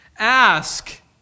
ask